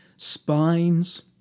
Spines